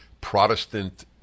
Protestant